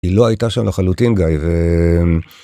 היא לא הייתה שם לחלוטין, גיא, ו...